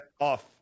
off